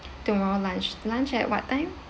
tomorrow lunch lunch at what time